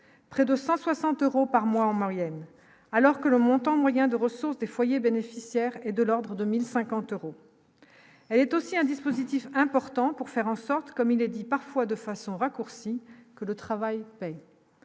près de 160 euros par mois en Maurienne, alors que le montant moyen de ressources des foyers bénéficiaires et de l'ordre de 1050 euros, elle est aussi un dispositif important pour faire en sorte, comme il est dit parfois de façon raccourci que le travail paye,